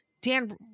Dan